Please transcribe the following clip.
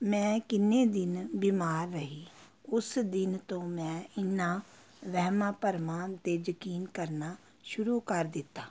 ਮੈਂ ਕਿੰਨੇ ਦਿਨ ਬਿਮਾਰ ਰਹੀ ਉਸ ਦਿਨ ਤੋਂ ਮੈਂ ਇਹਨਾਂ ਵਹਿਮਾਂ ਭਰਮਾਂ 'ਤੇ ਯਕੀਨ ਕਰਨਾ ਸ਼ੁਰੂ ਕਰ ਦਿੱਤਾ